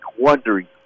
wondering